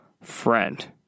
friend